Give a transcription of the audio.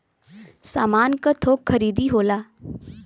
सामान क थोक खरीदी होला